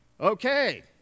Okay